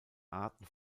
arten